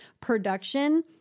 production